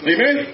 Amen